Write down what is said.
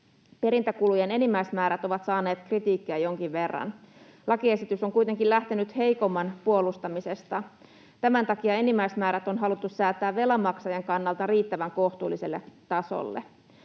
Perintäkulujen enimmäismäärät ovat saaneet kritiikkiä jonkin verran. Lakiesitys on kuitenkin lähtenyt heikomman puolustamisesta. Tämän takia enimmäismäärät on haluttu säätää velanmaksajan kannalta riittävän kohtuulliselle tasolle.